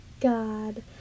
god